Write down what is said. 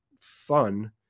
fun